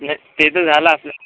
नाही ते तर झालं आपलं